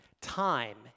Time